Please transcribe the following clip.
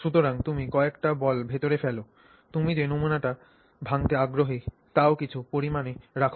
সুতরাং তুমি কয়েকটি বল ভেতরে ফেল তুমি যে নমুনাটি ভাঙতে আগ্রহী তাও কিছু পরিমাণে রাখ